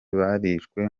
barishwe